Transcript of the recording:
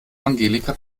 angelika